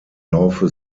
laufe